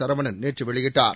சரவணன் நேற்று வெளியிட்டார்